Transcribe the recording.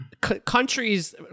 countries